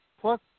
plus